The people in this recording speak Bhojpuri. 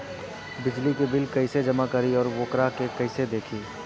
बिजली के बिल कइसे जमा करी और वोकरा के कइसे देखी?